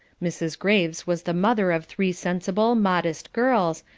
mrs. graves was the mother of three sensible, modest girls,